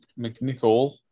McNichol